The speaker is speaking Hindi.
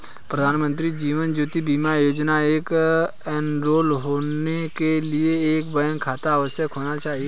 प्रधानमंत्री जीवन ज्योति बीमा योजना में एनरोल होने के लिए एक बैंक खाता अवश्य होना चाहिए